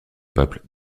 peuple